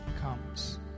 comes